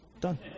Done